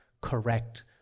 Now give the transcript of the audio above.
correct